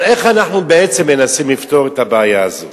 אבל איך אנחנו בעצם מנסים לפתור את הבעיה הזאת?